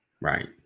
Right